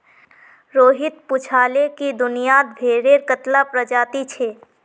रोहित पूछाले कि दुनियात भेडेर कत्ला प्रजाति छे